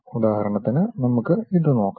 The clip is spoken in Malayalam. ഉദാഹരണത്തിന് നമുക്ക് ഇത് നോക്കാം